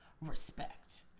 Respect